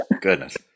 Goodness